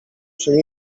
czym